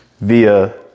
via